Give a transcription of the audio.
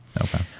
okay